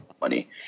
money